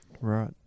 Right